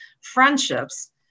friendships